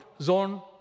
zone